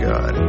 God